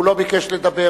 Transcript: והוא לא ביקש לדבר,